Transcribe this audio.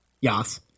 Yes